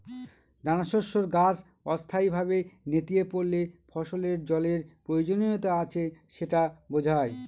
দানাশস্যের গাছ অস্থায়ীভাবে নেতিয়ে পড়লে ফসলের জলের প্রয়োজনীয়তা আছে সেটা বোঝায়